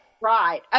right